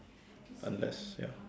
unless ya